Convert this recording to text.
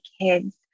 kids